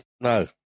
no